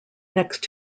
next